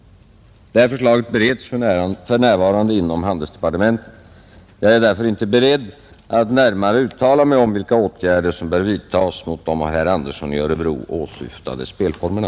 Det bereds för närvarande inom handelsdepartementet. Jag är därför inte beredd att närmare uttala mig om vilka åtgärder som bör vidtas mot de av herr Andersson i Örebro åsyftade spelformerna.